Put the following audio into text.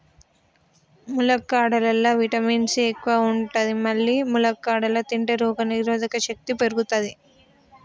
ములక్కాడలల్లా vitamin C ఎక్కువ ఉంటది మల్లి ములక్కాడలు తింటే రోగనిరోధక శక్తి పెరుగుతది